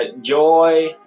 Joy